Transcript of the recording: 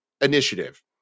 initiative